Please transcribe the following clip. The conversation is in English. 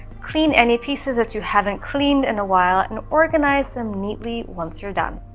clean any pieces that you haven't cleaned in a while and organize them neatly once you're done.